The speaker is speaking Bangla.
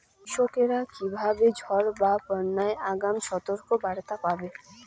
কৃষকেরা কীভাবে ঝড় বা বন্যার আগাম সতর্ক বার্তা পাবে?